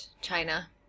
China